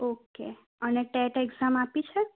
અને TET exam આપી છે